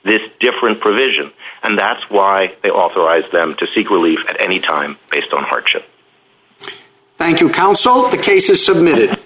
this different provision and that's why they authorized them to seek relief at any time based on hardship thank you counsel of the cases submitted